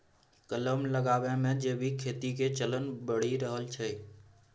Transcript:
कलम लगाबै मे जैविक खेती के चलन बढ़ि रहल छै